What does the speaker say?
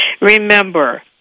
remember